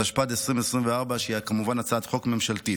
התשפ"ד 2024, שהיא כמובן הצעת חוק ממשלתית.